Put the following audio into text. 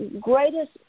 greatest